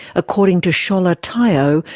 according to sola tayo,